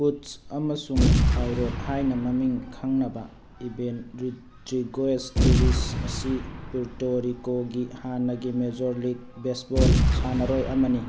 ꯄꯨꯠꯁ ꯑꯃꯁꯨꯡ I Rod ꯍꯥꯏꯅ ꯃꯃꯤꯡ ꯈꯪꯅꯕ ꯏꯚꯦꯟ ꯔꯨꯗ꯭ꯔꯤꯒ꯭ꯋꯦꯁ ꯇꯨꯔꯤꯁ ꯑꯁꯤ ꯄꯨꯔꯇꯣ ꯔꯤꯀꯣꯒꯤ ꯍꯥꯟꯅꯒꯤ ꯃꯦꯖꯣꯔ ꯂꯤꯛ ꯕꯦꯖꯕꯣꯜ ꯁꯥꯟꯅꯔꯣꯏ ꯑꯃꯅꯤ